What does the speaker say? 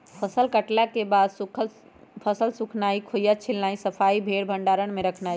फसल कटला के बाद फसल सुखेनाई, खोइया छिलनाइ, सफाइ, फेर भण्डार में रखनाइ